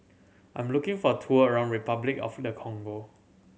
I'm looking for tour around Repuclic of the Congo